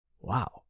wow